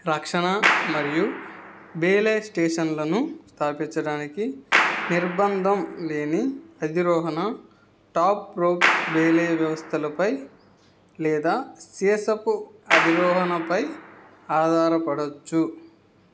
రక్షణ మరియు బెలే స్టేషన్లను స్థాపించడానికి నిర్భందం లేని అధిరోహణ టాప్ రోప్ బేలే వ్యవస్థలపై లేదా సీసపు అధిరోహణపై ఆధారపడవచ్చు